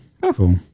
cool